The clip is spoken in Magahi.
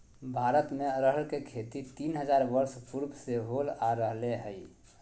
भारत में अरहर के खेती तीन हजार वर्ष पूर्व से होल आ रहले हइ